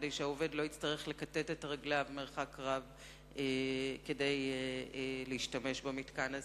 כדי שהעובד לא יצטרך לכתת את רגליו מרחק רב כדי להשתמש במתקן הזה.